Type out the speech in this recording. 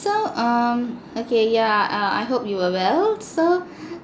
so um okay yeah uh I hope you are well so